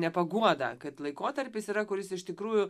ne paguodą kad laikotarpis yra kuris iš tikrųjų